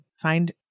find